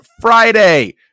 Friday